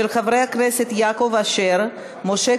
עברה בקריאה טרומית ועוברת